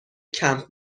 کمپ